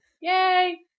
Yay